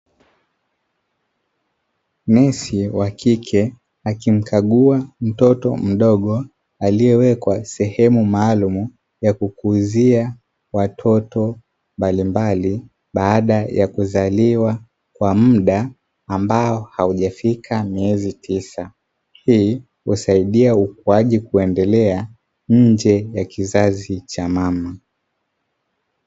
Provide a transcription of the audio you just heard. Nesi wa kike akimkagua mtoto mdogo aliyewekwa sehemu maalumu ya kukuzia watoto mbalimbali baada ya kuzaliwa kwa mda ambao haujafika miezi tisa. Hii husaidia ukuaji kuendelea nje ya kizazi cha mama.